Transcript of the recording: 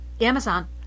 Amazon